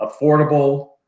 affordable